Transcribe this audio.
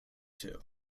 too